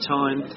time